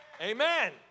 Amen